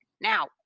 now